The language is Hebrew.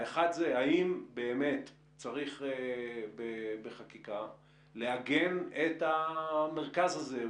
האחד זה האם באמת צריך בחקיקה לעגן את המרכז הזה.